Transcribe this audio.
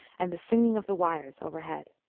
and the singing of the wires overhead.